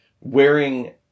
wearing